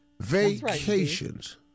Vacations